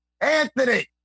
Anthony